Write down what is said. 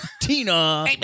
Tina